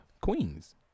Queens